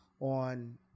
on